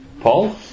Paul